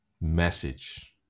message